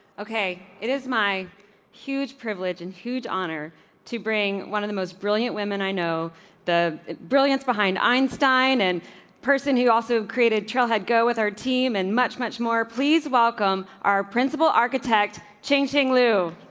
okay, it is my huge privilege and huge honor to bring one of the most brilliant women i know the brilliance behind einstein and person who also created trailhead. go with our team and much, much more. please welcome our principal architect changing lou.